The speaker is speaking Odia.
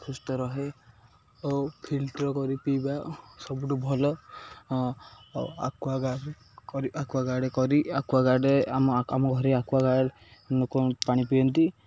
ସୁୁସ୍ଥ ରହେ ଓ ଫିଲ୍ଟର କରି ପିଇବା ସବୁଠୁ ଭଲ ଆକ୍ୱାଗାର୍ଡ଼ କରି ଆକ୍ୱାଗାର୍ଡ଼ରେ କରି ଆକ୍ୱଗାର୍ଡ଼ରେ ଆମ ଆମ ଘରେ ଆକ୍ୱାଗାର୍ଡ଼ ଲୋକ ପାଣି ପିଅନ୍ତି